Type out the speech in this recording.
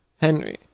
Henry